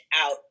out